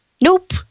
Nope